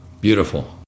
Beautiful